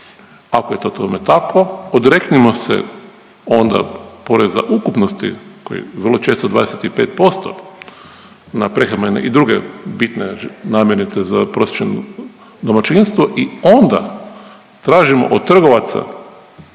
Ako je to tome tako odreknimo se onda poreza ukupnosti koji je vrlo često 25% na prehrambene i druge bitne namirnice za prosječno domaćinstvo i onda tražimo od trgovaca,